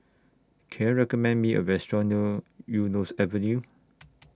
Can YOU recommend Me A Restaurant Eunos Avenue